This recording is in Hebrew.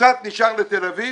וקצת נשאר לתל אביב,